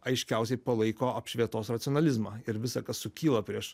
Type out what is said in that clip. aiškiausiai palaiko apšvietos racionalizmą ir visa kas sukyla prieš